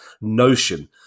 Notion